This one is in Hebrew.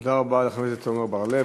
תודה רבה לחבר הכנסת עמר בר-לב.